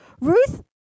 ...Ruth